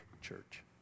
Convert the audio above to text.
church